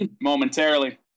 momentarily